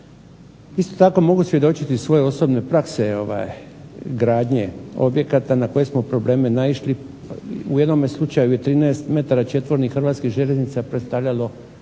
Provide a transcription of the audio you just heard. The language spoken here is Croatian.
Isto tako mogu svjedočiti iz svoje osobne prakse gradnje objekata na koje smo probleme naišli. U jednom slučaju je 13 metara četvornih Hrvatskih željeznica predstavljalo stravičan